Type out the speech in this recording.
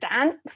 dance